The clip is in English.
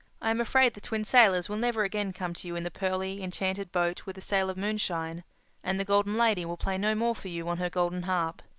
i am afraid the twin sailors will never again come to you in the pearly, enchanted boat with the sail of moonshine and the golden lady will play no more for you on her golden harp.